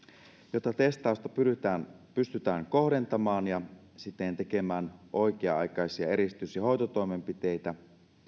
jotta testausta pystytään kohdentamaan ja siten tekemään oikea aikaisia eristys ja hoitotoimenpiteitä